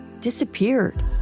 disappeared